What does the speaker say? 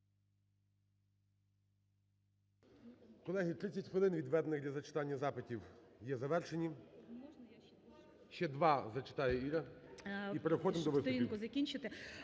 Колеги, 30 хвилин, відведених для зачитання запитів є завершені. Ще два зачитає Іра, і переходимо до виступів.